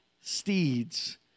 steeds